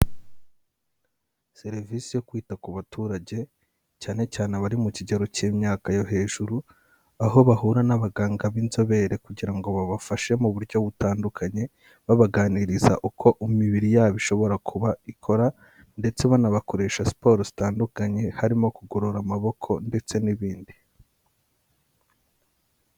Serivisi yo kwita ku baturage cyane cyane abari mu kigero cy'imyaka yo hejuru, aho bahura n'abaganga b'inzobere kugira ngo babafashe mu buryo butandukanye, babaganiriza uko imibiri yabo ishobora kuba ikora ndetse banabakoresha siporo zitandukanye, harimo kugorora amaboko ndetse n'ibindi.